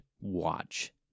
watch